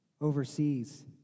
overseas